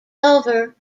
over